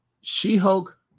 She-Hulk